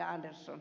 andersson